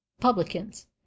publicans